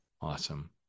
Awesome